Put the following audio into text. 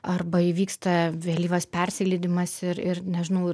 arba įvyksta vėlyvas persileidimas ir ir nežinau